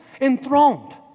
enthroned